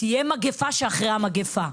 תהיה מגיפה שאחרי המגיפה.